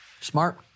Smart